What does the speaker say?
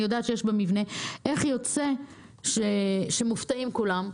אני יודעת שיש בה מבנה, איך יוצא שמופתעים כולם?